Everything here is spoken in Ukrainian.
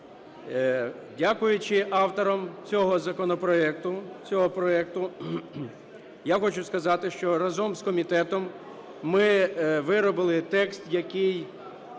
Дякуючи авторам цього законопроекту, цього проекту, я хочу сказати, що разом з комітетом ми виробили текст, який